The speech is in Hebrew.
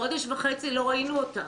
חודש וחצי לא ראינו אותה.